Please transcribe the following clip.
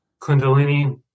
kundalini